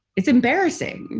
it's embarrassing